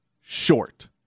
short